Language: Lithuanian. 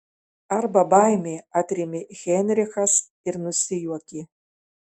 arba baimė atrėmė heinrichas ir nusijuokė